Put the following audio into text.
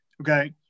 okay